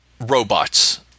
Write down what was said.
robots